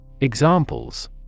Examples